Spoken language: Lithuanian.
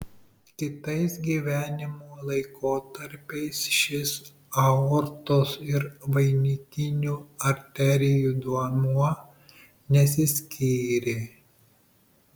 kitais gyvenimo laikotarpiais šis aortos ir vainikinių arterijų duomuo nesiskyrė